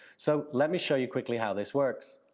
so let me show you quickly how this works.